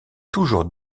toujours